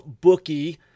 bookie